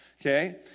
okay